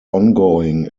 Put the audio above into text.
ongoing